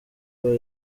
bwo